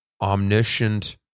omniscient